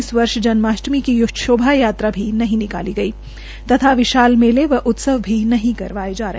इस वर्ष जन्माष्टमी की शोभा यात्रा नहीं निकाली गई तथा विशाल मेले व उत्साह भी नहीं करवायें जा रहे